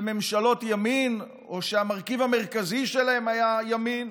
של ממשלות ימין או שהמרכיב המרכזי שלהן היה ימין,